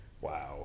Wow